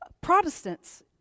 Protestants